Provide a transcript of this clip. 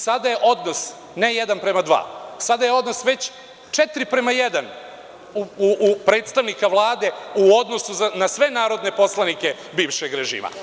Sada je odnos ne jedan prema dva, sada je odnos već četiri prema jedan predstavnika Vlade u odnosu na sve narodne poslanike bivšeg režima.